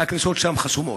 הכניסות שם חסומות.